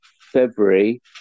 February